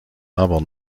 aber